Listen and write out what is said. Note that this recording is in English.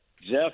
Jeff